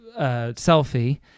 selfie